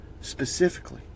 specifically